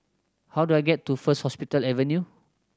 how do I get to First Hospital Avenue